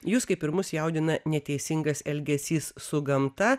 jus kaip ir mus jaudina neteisingas elgesys su gamta